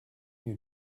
you